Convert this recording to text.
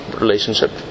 relationship